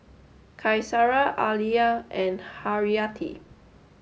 Qaisara Alya and Haryati